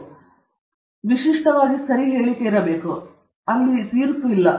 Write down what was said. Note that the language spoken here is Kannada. ಪರಿಣಾಮವಾಗಿ ವಿಶಿಷ್ಟವಾಗಿ ಸರಿ ಹೇಳಿಕೆಯಾಗಿದೆ ಅಲ್ಲಿ ತೀರ್ಪು ಇಲ್ಲ